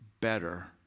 better